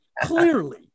clearly